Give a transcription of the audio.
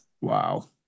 wow